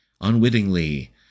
unwittingly